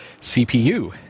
cpu